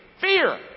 Fear